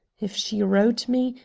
if she wrote me,